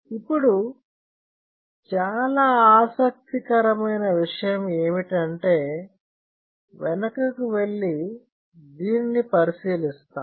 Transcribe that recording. ఇప్పుడు చాలా ఆసక్తికరమైన విషయం ఏమిటంటే వెనుకకు వెళ్లి దీనిని పరిశీలిస్తాం